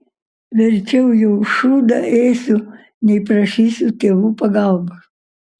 verčiau jau šūdą ėsiu nei prašysiu tėvų pagalbos